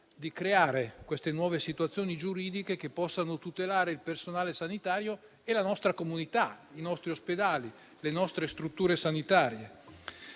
di creare nuove situazioni giuridiche che possano tutelare il personale sanitario e la nostra comunità, i nostri ospedali e le nostre strutture sanitarie.